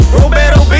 Roberto